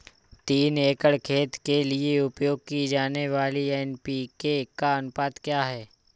तीन एकड़ खेत के लिए उपयोग की जाने वाली एन.पी.के का अनुपात क्या है?